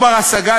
חברת הכנסת אבקסיס,